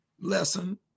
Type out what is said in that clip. lesson